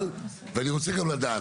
אבל ואני רוצה גם לדעת,